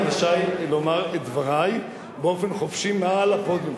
אני עדיין רשאי לומר את דברי באופן חופשי מעל הפודיום.